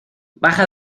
baja